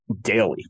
daily